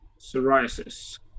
psoriasis